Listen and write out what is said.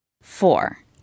Four